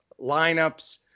lineups